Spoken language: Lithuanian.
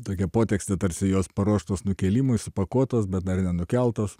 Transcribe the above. tokia potekstė tarsi jos paruoštos nukėlimui supakuotos bet dar nenukeltos